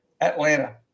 Atlanta